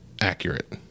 accurate